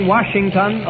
Washington